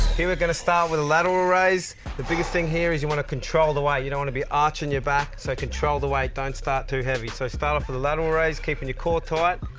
here we're gonna start with a lateral raise the biggest thing here is you want to control the weight. you don't want to be arching your back, so control the weight. don't start too heavy. so start off for the lateral raise, keeping your core tight,